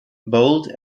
bold